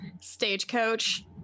Stagecoach